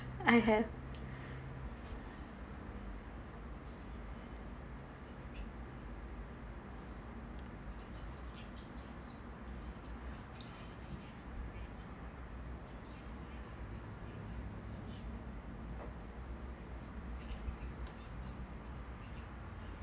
I have